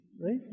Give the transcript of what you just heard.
right